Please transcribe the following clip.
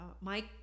Mike